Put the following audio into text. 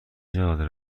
چقدر